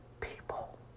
people